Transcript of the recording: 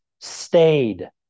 stayed